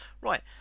Right